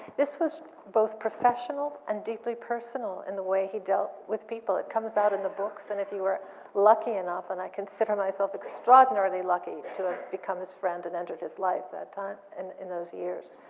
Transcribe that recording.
this was both professional and deeply personal in the way he dealt with people. it comes out in the books, and if you were lucky enough, and i consider myself extraordinarily lucky to have become his friend and entered his life that time, in those years.